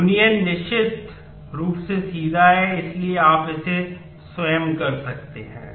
union निश्चित रूप से सीधा है इसलिए आप इसे स्वयं कर सकते हैं